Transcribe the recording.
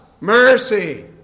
mercy